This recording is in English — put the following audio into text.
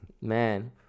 Man